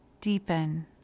deepen